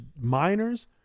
Miners